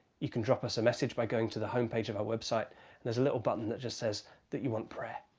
you can drop us a message by going to the homepage of our website and there's a little button that just says that you want prayer.